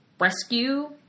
rescue